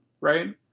right